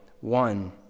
one